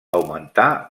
augmentà